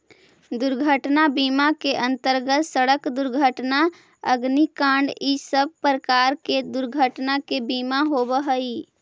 दुर्घटना बीमा के अंतर्गत सड़क दुर्घटना अग्निकांड इ सब प्रकार के दुर्घटना के बीमा होवऽ हई